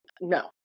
no